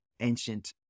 ancient